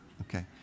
Okay